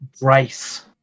Bryce